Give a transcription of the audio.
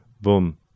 boom